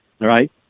right